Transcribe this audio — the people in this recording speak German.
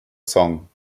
song